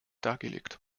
dargelegt